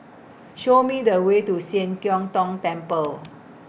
Show Me The Way to Sian Keng Tong Temple